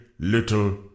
Little